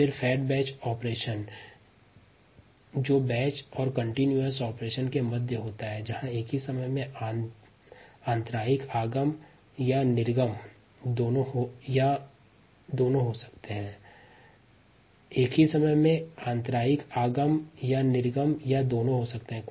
तीसरा fed batch कार्यप्रणाली जो बैच और कंटीन्यूअस कार्यप्रणाली के मध्य होता है जहां एक ही समय में इंटरमिटेंट इनपुट एंड आउटपुट हो सकते हैं